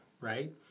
right